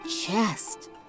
chest